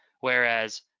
Whereas